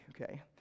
okay